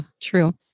true